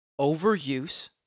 overuse